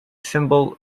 symbol